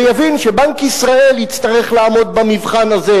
ויבין שבנק ישראל יצטרך לעמוד במבחן הזה,